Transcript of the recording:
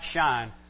shine